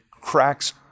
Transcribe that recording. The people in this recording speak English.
cracks